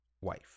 wife